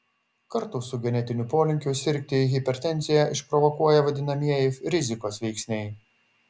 kartu su genetiniu polinkiu sirgti hipertenziją išprovokuoja vadinamieji rizikos veiksniai